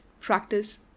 practice